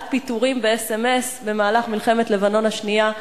פיטורין באס.אם.אס במהלך מלחמת לבנון השנייה.